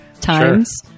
times